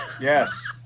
Yes